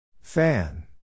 Fan